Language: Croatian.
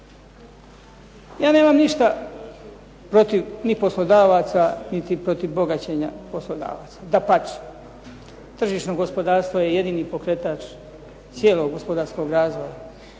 Ja nemam ništa protiv ni poslodavac niti protiv bogaćenja poslodavaca, dapače. Tržišno gospodarstvo je jedini pokretač cijelog gospodarskog razvoja,